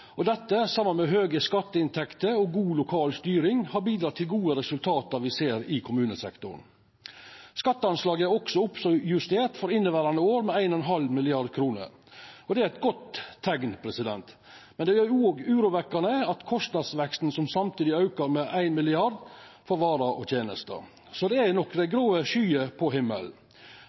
og dette, saman med høge skatteinntekter og god lokal styring, har bidrege til dei gode resultata me ser i kommunesektoren. Skatteoverslaget er også justert opp for inneverande år med 1,5 mrd. kr. Det er eit godt teikn, men det er urovekkjande at kostnadsveksten samtidig aukar med 1 mrd. kr for varer og tenester. Det er nokre grå skyer på himmelen: